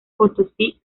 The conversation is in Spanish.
potosí